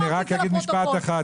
אני רק אגיד משפט אחד.